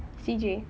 C_J